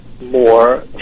more